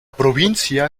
provincia